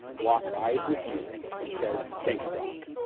locks eyes with you, and says, thanks, doc,